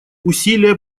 усилия